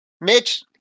Mitch